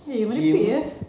eh merepek eh